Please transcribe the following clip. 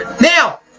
Now